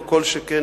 לא כל שכן,